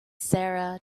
sarah